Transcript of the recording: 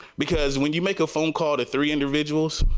because, when you make phone call to three individuals,